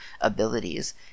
abilities